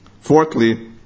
fourthly